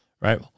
right